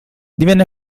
divenne